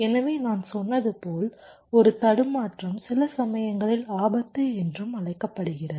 எனவே நான் சொன்னது போல் ஒரு தடுமாற்றம் சில சமயங்களில் ஆபத்து என்றும் அழைக்கப்படுகிறது